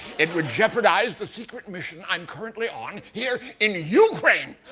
it would jeopardize the secret mission i'm currently on here in ukraine.